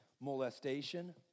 Molestation